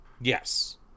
Yes